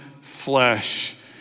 flesh